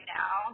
now